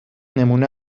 نمونه